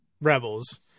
Rebels